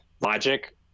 logic